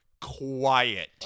quiet